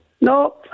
No